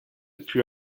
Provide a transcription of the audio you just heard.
put